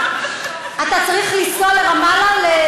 אתה צריך לנסוע לרמאללה,